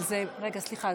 אבל סליחה,